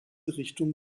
richtung